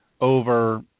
over